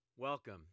Welcome